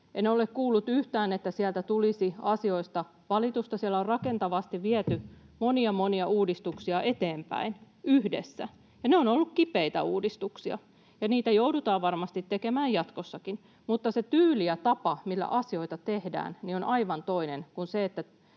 En ole kuullut yhtään, että sieltä tulisi asioista valitusta. Siellä on rakentavasti viety monia, monia uudistuksia eteenpäin yhdessä. Ne ovat olleet kipeitä uudistuksia, ja niitä joudutaan varmasti tekemään jatkossakin, mutta se tyyli ja tapa, millä asioita tehdään, on aivan toinen kuin se,